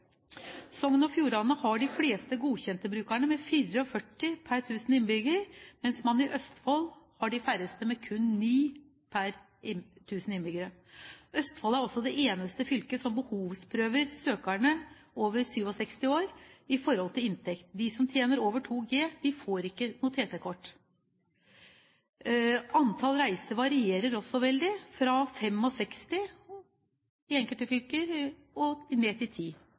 Sogn og Fjordane har flest godkjente brukere, 44 per 1 000 innbyggere, mens man i Østfold har færrest, kun ni per 1 000 innbyggere. Østfold er også det eneste fylket som behovsprøver søkere over 67 år i forhold til inntekt. De som tjener over 2 G, får ikke noe TT-kort. Antall reiser varierer også veldig, fra 65 i enkelte fylker ned til ti.